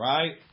Right